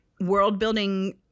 world-building